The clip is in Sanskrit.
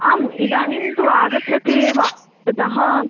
आम् इदानीं तु आगच्छति एव अतः